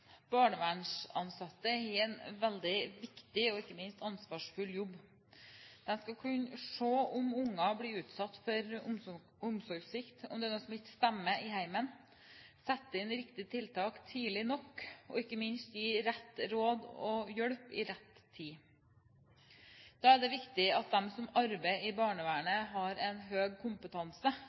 som ikke stemmer i hjemmet, sette inn riktige tiltak tidlig nok og ikke minst gi riktig råd og hjelp i rett tid. Da er det viktig at de som arbeider i barnevernet, har en høy kompetanse,